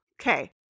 okay